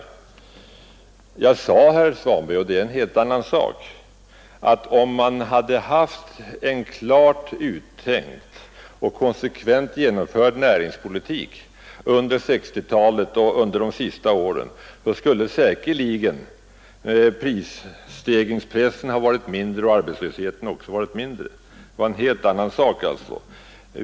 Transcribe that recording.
Vad jag sade, herr Svanberg — och det är en helt annan sak —, var att om man hade haft ett klart uttänkt och konsekvent genomförd näringspolitik under 1960-talet och under de senaste åren, skulle säkerligen prisstegringspressen och även arbetslösheten ha varit mindre. Det är alltså en helt annan sak.